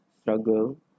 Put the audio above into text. struggle